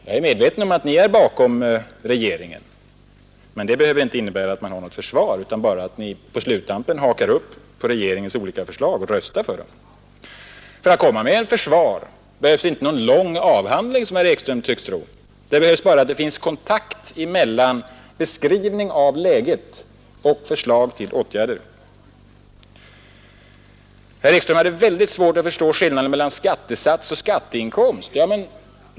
Jag är medveten om att ni står bakom regeringen, men det behöver inte innebära att ni har något försvar utan bara att ni på sluttampen hakar på regeringens olika förslag och röstar för dem. För att komma med ett försvar behövs inte någon lång avhandling, som herr Ekström tycks tro. Det behövs bara en kontakt mellan beskrivning av läget och förslag till åtgärder. Herr Ekström hade mycket svårt att förstå skillnaden mellan skattesats och skatteinkomst.